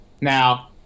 Now